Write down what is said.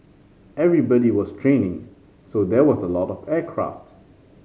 everybody was training so there was a lot of aircraft